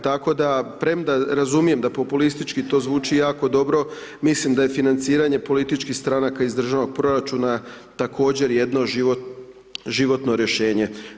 Tako da premda razumijem da populistički to zvuči jako dobro, mislim da je financiranje političkih stranaka iz državnog proračuna također jedno životno rješenje.